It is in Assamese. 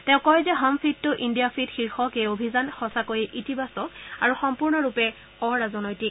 তেওঁ কয় যে হম ফিট টো ইণ্ডিয়া ফিট শীৰ্ষক এই অভিযান সঁচাকৈয়ে ইতিবাচক আৰু সম্পূৰ্ণৰূপে অৰাজনৈতিক